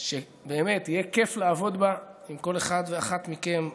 שבאמת יהיה כיף לעבוד בה עם כל אחד ואחת מכם,